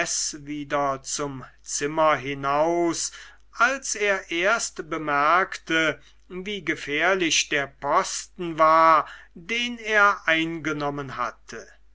wieder zum zimmer hinaus als er erst bemerkte wie gefährlich der posten war den er eingenommen hatte